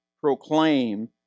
proclaim